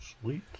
Sweet